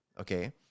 Okay